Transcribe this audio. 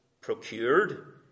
procured